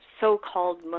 so-called